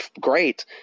great